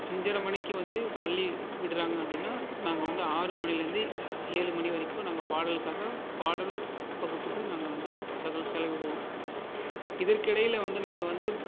அஞ்சரை மணிக்கு வந்து பள்ளி விடுகிறாங்க அப்படின்னா நாங்கள் வந்து ஆறு மணிலேருந்து ஏழு மணி வரைக்கும் நாங்கள் பாடலுக்காக பாடல் வகுப்புக்கு நாங்கள் வந்து செலவிடுவோம் இதற்கிடையில் வந்து நாங்கள் வந்து